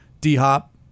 D-Hop